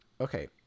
Okay